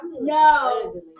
No